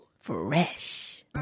fresh